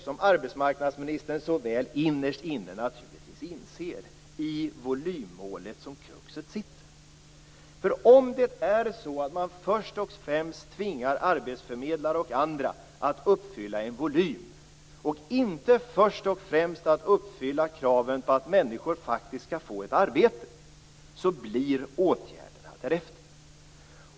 Som arbetsmarknadsministern innerst inne naturligtvis inser är det i volymmålet som kruxet sitter. Om man först och främst tvingar arbetsförmedlare och andra att uppfylla målet om en volym i stället för att uppfylla kravet på att människor skall få arbete, blir åtgärderna därefter.